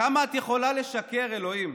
כמה את יכולה לשקר, אלוהים.